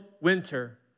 winter